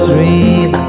Dream